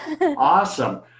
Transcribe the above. Awesome